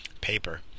paper